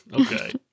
Okay